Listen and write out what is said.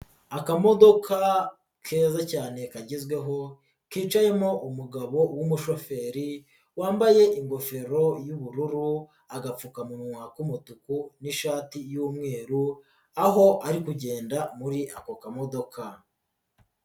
Akamodoka keza cyane kagezweho kicayemo umugabo w'umushoferi wambaye ingofero y'ubururu, agapfukamunwa k'umutuku n'ishati y'umweru, aho ari kugenda muri ako kamodoka.